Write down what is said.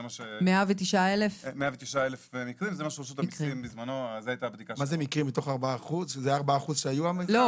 מה זה מקרים, מתוך 4% שזה 4% שהיו ---?